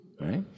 right